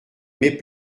mes